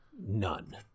None